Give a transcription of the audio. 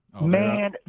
Man